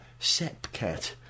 SEPCAT